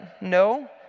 No